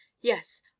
Yes